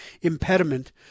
impediment